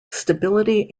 stability